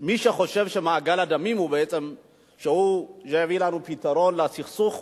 שמי שחושב שמעגל הדמים הוא שבעצם יביא לנו פתרון לסכסוך,